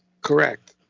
Correct